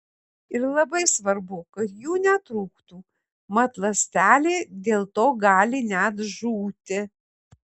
ir labai svarbu kad jų netrūktų mat ląstelė dėl to gali net žūti